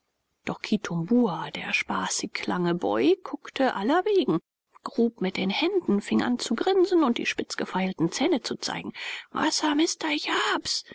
doch kitumbua der spaßig lange boy guckte allerwegen grub mit den händen fing an zu grinsen und die spitz gefeilten zähne zu zeigen massa mister